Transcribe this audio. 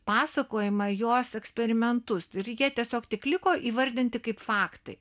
pasakojimą jos eksperimentus ir jie tiesiog tik liko įvardinti kaip faktai